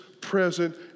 present